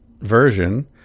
version